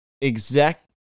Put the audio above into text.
exact